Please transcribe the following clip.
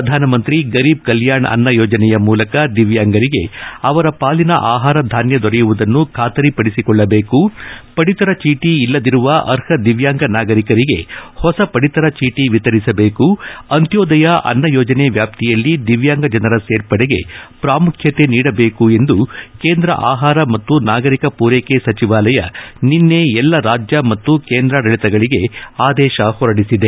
ಪ್ರಧಾನಮಂತ್ರಿ ಗರೀಬ್ ಕಲ್ಯಾಣ್ ಅನ್ನ ಯೋಜನೆಯ ಮೂಲಕ ದಿವ್ಯಾಂಗರಿಗೆ ಅವರ ಪಾಲಿನ ಆಹಾರ ಧಾನ್ಯ ದೊರೆಯುವುದನ್ನು ಖಾತರಿ ಪಡಿಸಿಕೊಳ್ಳಬೇಕು ಪಡಿತರಚೀಟಿ ಇಲ್ಲದಿರುವ ಅರ್ಹ ದಿವ್ಯಾಂಗ ನಾಗರಿಕರಿಗೆ ಹೊಸ ಪದಿತರ ಚೀಟಿ ವಿತರಿಸಬೇಕು ಅಂತ್ಯೋದಯ ಅನ್ನ ಯೋಜನೆ ವ್ಯಾಪ್ತಿಯಲ್ಲಿ ದಿವ್ಯಾಂಗ ಜನರ ಸೇರ್ಪಡೆಗೆ ಪ್ರಾಮುಖ್ಯತೆ ನೀಡಬೇಕು ಎಂದು ಕೇಂದ್ರ ಆಹಾರ ಮತ್ತು ನಾಗರಿಕ ಪೂರ್ೈಕೆ ಸಚಿವಾಲಯ ನಿನ್ನೆ ಎಲ್ಲ ರಾಜ್ಯ ಮತ್ತು ಕೇಂದ್ರಾಡಳಿತಗಳಿಗೆ ಆದೇಶ ಹೊರಡಿಸಿದೆ